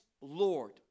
Lord